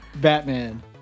Batman